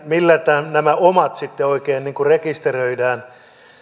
millä nämä omat oikein rekisteröidään